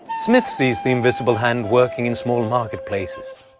smith sees the invisible hand working in small market places,